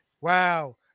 Wow